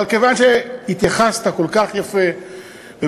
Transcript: אבל כיוון שהתייחסת כל כך יפה ובאריכות,